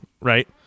right